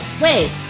Wait